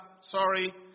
sorry